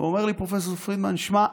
אומר לי פרופ' פרידמן: תשמע,